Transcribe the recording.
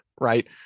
Right